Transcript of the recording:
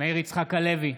מאיר יצחק הלוי